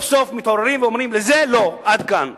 סוף-סוף מתעוררים ואומרים: לזה, לא, עד כאן.